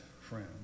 friend